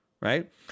Right